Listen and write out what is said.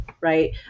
right